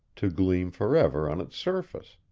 to gleam forever on its surface.